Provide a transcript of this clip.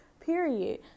period